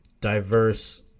diverse